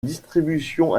distribution